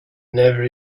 never